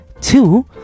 two